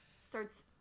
starts